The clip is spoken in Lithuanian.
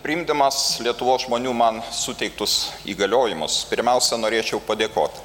priimdamas lietuvos žmonių man suteiktus įgaliojimus pirmiausia norėčiau padėkot